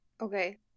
Okay